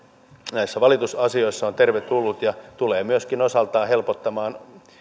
näissä valitusasioissa on tervetullut asia ja tulee myöskin osaltaan helpottamaan